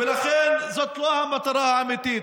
ולכן, זאת לא המטרה האמיתית.